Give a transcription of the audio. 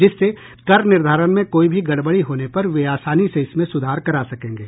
जिससे कर निर्धारण में कोई भी गड़बड़ी होने पर वे आसानी से इसमें सुधार करा सकेंगे